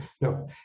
no